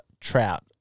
trout